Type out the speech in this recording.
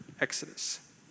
exodus